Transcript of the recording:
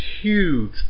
huge